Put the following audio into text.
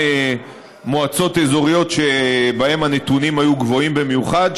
מועצות אזוריות שבהן הנתונים היו גבוהים במיוחד,